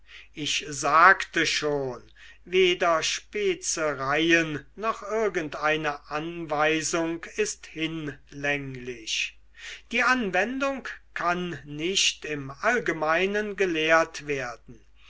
ich sagte schon weder spezereien noch irgendeine anweisung ist hinlänglich die anwendung kann nicht im allgemeinen gelehrt werden